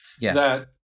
that-